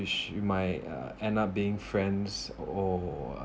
which might uh end up being friends or